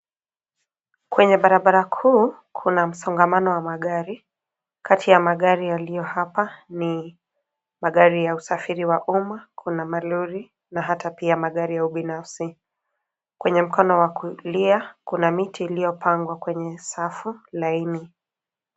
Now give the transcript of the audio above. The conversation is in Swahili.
Kwenye barabara kuu kuna msongamano wa magari. Kati ya magari yaliyo hapa ni: magari ya usafiri wa umma, kuna malori na hata pia magari ya ubinafsi. Kwenye mkono wa kulia kuna miti iliyopangwa kwenye safu laini.